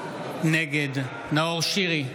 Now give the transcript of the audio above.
נגד נאור שירי,